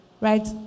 right